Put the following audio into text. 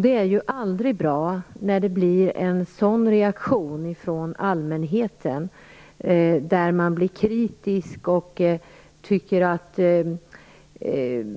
Det är ju aldrig bra när allmänheten reagerar kritiskt och tycker att